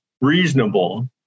reasonable